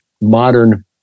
modern